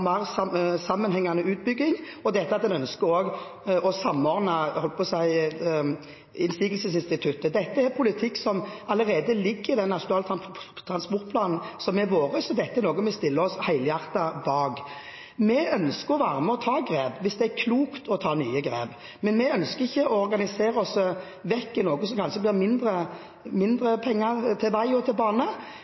mer sammenhengende utbygging og at en ønsker å samordne innsigelsesinstituttet. Dette er politikk som allerede ligger i Nasjonal transportplan, så dette er noe vi stiller oss helhjertet bak. Vi ønsker å være med og ta grep hvis det er klokt å ta nye grep. Men vi ønsker ikke å organisere oss vekk og inn i noe som kanskje gir mindre penger til vei og bane.